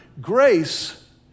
grace